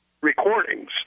recordings